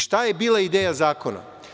Šta je bila ideja zakona?